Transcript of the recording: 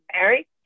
Mary